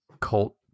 Cult